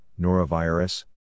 norovirus